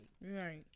Right